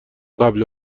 قبل